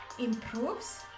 improves